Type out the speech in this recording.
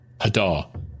Hadar